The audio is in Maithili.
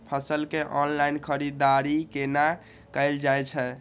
फसल के ऑनलाइन खरीददारी केना कायल जाय छै?